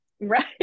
right